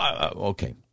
Okay